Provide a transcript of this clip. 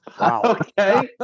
Okay